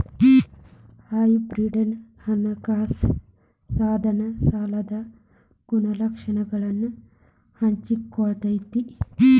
hybrid ಹಣಕಾಸ ಸಾಧನ ಸಾಲದ ಗುಣಲಕ್ಷಣಗಳನ್ನ ಹಂಚಿಕೊಳ್ಳತೈತಿ